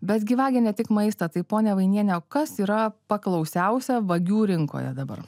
betgi vagia ne tik maistą tai ponia vainiene o kas yra paklausiausia vagių rinkoje dabar